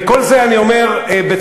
וכל זה אני אומר בצער,